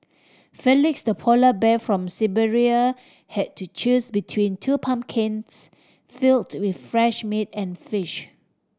Felix the polar bear from Siberia had to choose between two pumpkins filled with fresh meat and fish